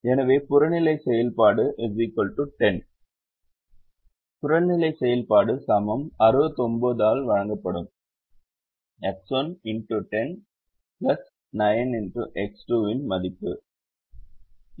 எனவே புறநிலை செயல்பாடு 10 புறநிலை செயல்பாடு சமம் 69 ஆல் வழங்கப்படும் 9 x X2 இன் மதிப்பு மதிப்புக்கு சமம்